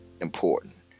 important